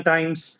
Times